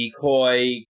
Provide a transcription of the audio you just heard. decoy